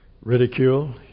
ridicule